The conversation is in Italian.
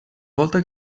volta